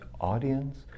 audience